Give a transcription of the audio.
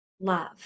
love